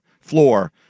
floor